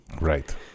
Right